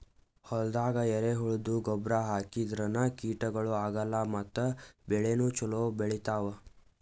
ಹೊಲ್ದಾಗ ಎರೆಹುಳದ್ದು ಗೊಬ್ಬರ್ ಹಾಕದ್ರಿನ್ದ ಕೀಟಗಳು ಆಗಲ್ಲ ಮತ್ತ್ ಬೆಳಿನೂ ಛಲೋ ಬೆಳಿತಾವ್